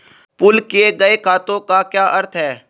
Pool किए गए खातों का क्या अर्थ है?